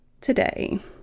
today